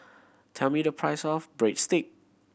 tell me the price of Breadstick